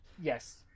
Yes